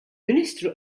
ministru